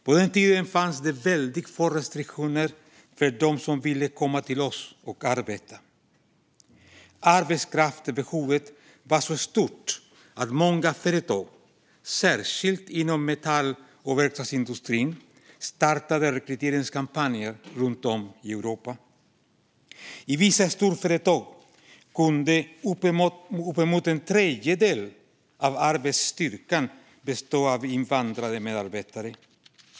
På den tiden fanns det väldigt få restriktioner för dem som ville komma till oss och arbeta. Arbetskraftsbehovet var så stort att många företag, särskilt inom metall och verkstadsindustrin, startade rekryteringskampanjer runt om i Europa. I vissa storföretag kunde uppemot en tredjedel av arbetsstyrkan bestå av invandrade medarbetare.